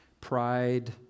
pride